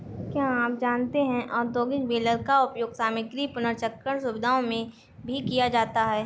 क्या आप जानते है औद्योगिक बेलर का उपयोग सामग्री पुनर्चक्रण सुविधाओं में भी किया जाता है?